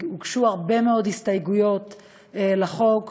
והוגשו הרבה מאוד הסתייגויות לחוק.